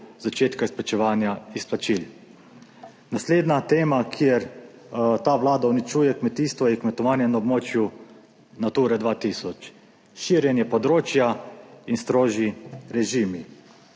začetka izplačevanja izplačil. Naslednja tema kjer ta Vlada uničuje kmetijstvo, je kmetovanje na območju Natura 2000, širjenje področja in strožji režimi